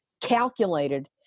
calculated